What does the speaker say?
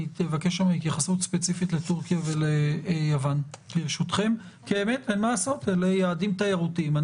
אני אבקש שם התייחסות ספציפית לטורקיה וליוון כי אלה יעדים תיירותיים.